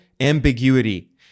ambiguity